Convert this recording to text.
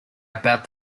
about